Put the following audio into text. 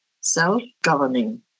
self-governing